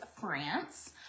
France